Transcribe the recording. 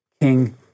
king